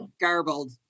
garbled